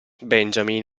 benjamin